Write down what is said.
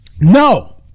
No